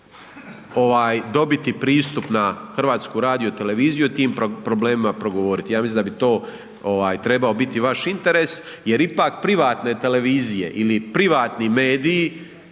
dobiti pristup na HRT i o tim problemima progovoriti. Ja mislim da bi trebao biti vaš interes jer ipak privatne televizije ili privatni mediji